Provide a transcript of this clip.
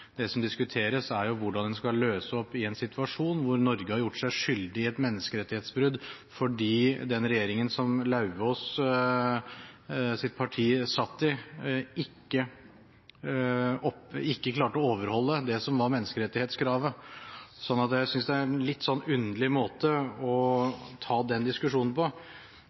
Det som diskuteres, er hvordan en skal løse opp i en situasjon hvor Norge har gjort seg skyldig i et menneskerettighetsbrudd, fordi den regjeringen som Lauvås’ parti satt i, ikke klarte å overholde det som var menneskerettighetskravet. Så jeg synes det er en litt underlig måte å ta den diskusjonen på.